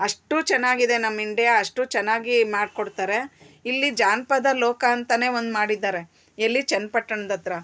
ಅಷ್ಟು ಚೆನ್ನಾಗಿದೆ ನಮ್ಮ ಇಂಡ್ಯಾ ಅಷ್ಟು ಚೆನ್ನಾಗಿ ಮಾಡಿಕೊಡ್ತಾರೆ ಇಲ್ಲಿ ಜಾನಪದ ಲೋಕ ಅಂತ ಒಂದು ಮಾಡಿದ್ದಾರೆ ಎಲ್ಲಿ ಚನ್ನಪಟ್ಟಣದ್ ಹತ್ರ